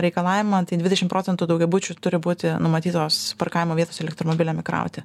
reikalavimą tai dvidešim procentų daugiabučių turi būti numatytos parkavimo vietos elektromobiliam įkrauti